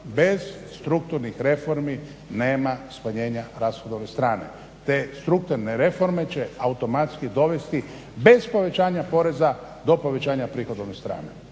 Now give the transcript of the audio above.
bez strukturnih reformi nema smanjenja rashodovne strane. Te strukturne reforme će automatski dovesti bez povećanja poreza do povećanja prihodovne strane.